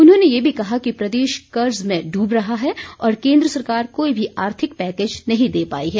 उन्होंने ये भी कहा कि प्रदेश कर्ज में डूब रहा है और केन्द्र सरकार कोई भी आर्थिक पैकेज नहीं दे पाई है